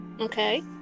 okay